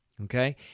okay